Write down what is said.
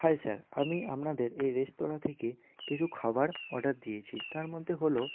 high sir আমি আপনাদের এই রেস্তোরাঁ থেকে কিছু খাবার অর্ডার দিয়েছি তার মধ্যে হলো